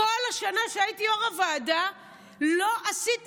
כל השנה שהייתי יו"ר הוועדה לא עשיתי